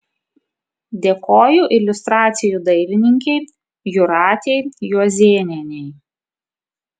dėkoju iliustracijų dailininkei jūratei juozėnienei